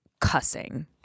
cussing